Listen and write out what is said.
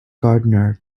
gardener